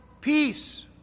peace